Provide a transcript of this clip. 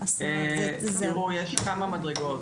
יש כמה מדרגות,